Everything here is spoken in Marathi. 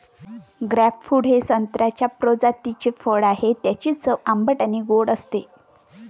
ग्रेपफ्रूट हे संत्र्याच्या प्रजातीचे फळ आहे, ज्याची चव आंबट आणि गोड असते